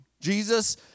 Jesus